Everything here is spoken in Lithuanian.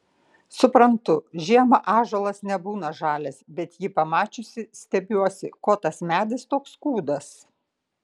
suprantu žiemą ąžuolas nebūna žalias bet jį pamačiusi stebiuosi ko tas medis toks kūdas